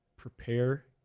prepare